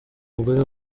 umugore